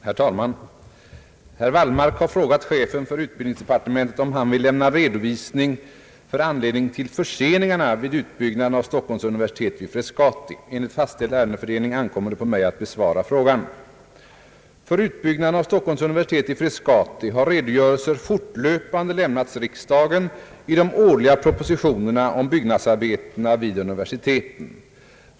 Herr talman! Herr Wallmark har frågat chefen för utbildningsdepartementet om han vill lämna redovisning för anledningen till förseningarna med utbyggnaden av Stockholms universitet vid Frescati. Enligt fastställd ärendefördelning ankommer det på mig att besvara frågan. För utbyggnaden av Stockholms universitet i Frescati har redogörelser fortlöpande lämnats riksdagen i de årliga propositionerna om byggnadsarbetena vid universiteten.